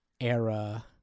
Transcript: era